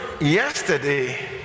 yesterday